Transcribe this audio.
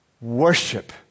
worship